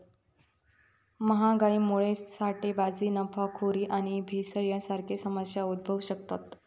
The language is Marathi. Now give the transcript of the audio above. महागाईमुळा साठेबाजी, नफाखोरी आणि भेसळ यांसारखे समस्या उद्भवु शकतत